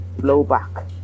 blowback